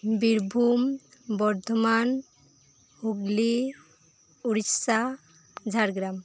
Birbhum Bardhaman Hooghly Orissa Jhargram